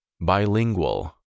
Bilingual